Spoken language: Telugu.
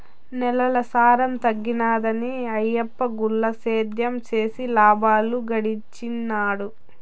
నేలల సారం తగ్గినాదని ఆయప్ప గుల్ల సేద్యం చేసి లాబాలు గడించినాడు